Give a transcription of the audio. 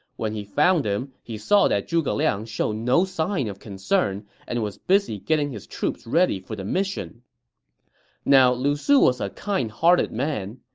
when he found him, he saw that zhuge liang showed no sign of concern and was busy getting his troops ready for the mission now, lu su was a kind-hearted man.